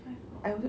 eight five four